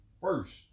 first